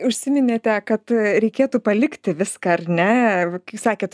užsiminėte kad reikėtų palikti viską ar ne kai sakėt